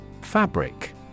Fabric